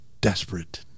desperate